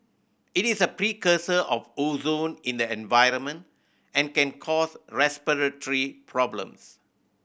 it is a precursor of ozone in the environment and can cause respiratory problems